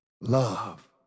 Love